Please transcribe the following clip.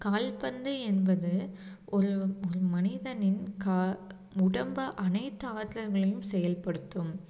கால் பந்து என்பது ஒரு மனிதனின் கா உடம்பை அனைத்து ஆற்றல்களும் செயல்படுத்தும்